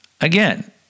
again